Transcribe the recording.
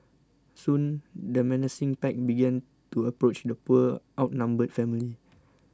soon the menacing pack began to approach the poor outnumbered family